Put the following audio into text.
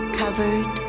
covered